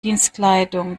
dienstkleidung